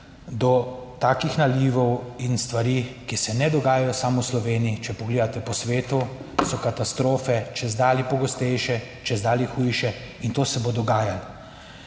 do takih nalivov in stvari, ki se ne dogajajo samo v Sloveniji, če pogledate po svetu, so katastrofe čedalje pogostejše, čedalje hujše, in to se bo dogajalo.